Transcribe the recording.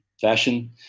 fashion